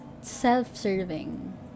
self-serving